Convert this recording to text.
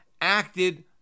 acted